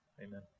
amen